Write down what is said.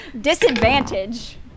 disadvantage